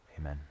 Amen